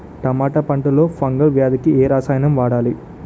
టమాటా పంట లో ఫంగల్ వ్యాధికి ఏ రసాయనం వాడాలి?